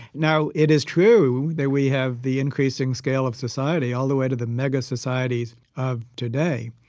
now it is true that we have the increasing scale of society all the way to the mega societies of today,